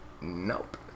Nope